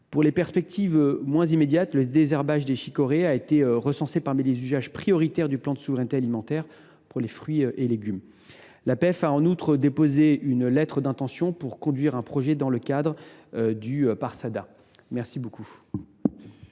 Pour les perspectives moins immédiates, le désherbage des chicorées a été recensé parmi les usages prioritaires du plan de souveraineté pour la filière fruits et légumes. L’Apef a en outre déposé une lettre d’intention pour conduire un projet dans le cadre du Parsada (plan d’action